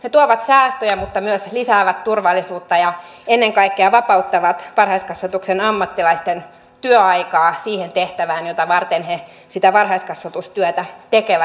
ne tuovat säästöjä mutta myös lisäävät turvallisuutta ja ennen kaikkea vapauttavat varhaiskasvatuksen ammattilaisten työaikaa siihen tehtävään jota varten he sitä varhaiskasvatustyötä tekevät